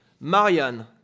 Marianne